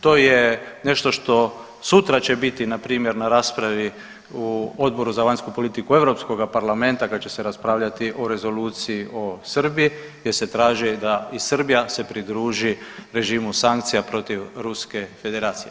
To je nešto što sutra će biti npr. na raspravi u Odboru za vanjsku politiku Europskoga parlamenta kad će se raspravljati o rezoluciji o Srbiji gdje se traži da i Srbija se pridruži režimu sankcija protiv Ruske Federacije.